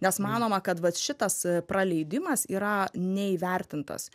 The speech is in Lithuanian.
nes manoma kad vat šitas praleidimas yra neįvertintas